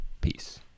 Peace